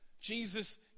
Jesus